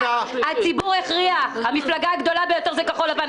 הציבור הכריע, המפלגה הגדולה היא כחול לבן.